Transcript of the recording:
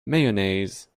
mayonnaise